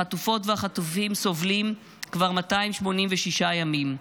החטופות והחטופים סובלים כבר 286 ימים,